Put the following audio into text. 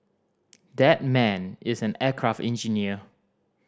that man is an aircraft engineer